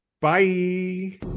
Bye